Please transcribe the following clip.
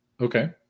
Okay